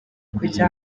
kujya